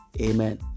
amen